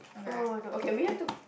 oh no okay we have to